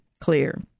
clear